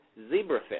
zebrafish